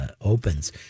opens